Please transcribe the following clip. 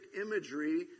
imagery